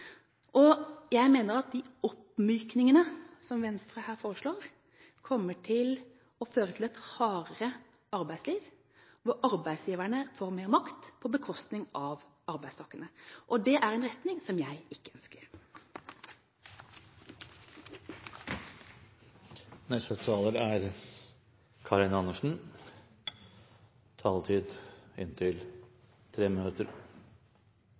retningsvalg. Jeg mener at de oppmykningene som Venstre her foreslår, kommer til å føre til et hardere arbeidsliv, hvor arbeidsgiverne får mer makt på bekostning av arbeidstakerne. Det er en retning som jeg ikke ønsker. Det er